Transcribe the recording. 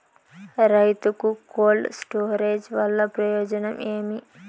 రైతుకు cold storage వల్ల ప్రయోజనం ఏమి?